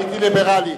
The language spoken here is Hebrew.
הייתי ליברלי.